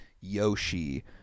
Yoshi